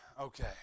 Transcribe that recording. Okay